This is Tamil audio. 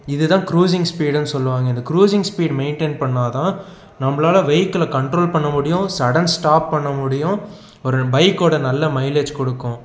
இது தான் குரூஸிங் ஸ்பீடுன்னு சொல்லுவாங்க இந்த குரூஸிங் ஸ்பீடு மெயிட்டன் பண்ணால் தான் நம்மளால் வெய்க்கிலை கண்ட்ரோல் பண்ண முடியும் சடென் ஸ்டாப் பண்ண முடியும் ஒரு பைக்கோட நல்ல மைலேஜ் கொடுக்கும்